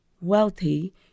wealthy